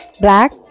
black